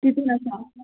तितून आसा